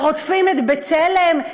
ורודפים את "בצלם",